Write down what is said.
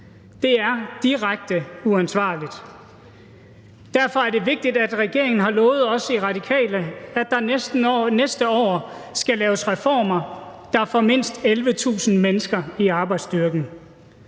Det er direkte uansvarligt. Derfor er det vigtigt, at regeringen har lovet os i Radikale, at der næste år skal laves reformer, der får mindst 11.000 mennesker i arbejdsstyrken.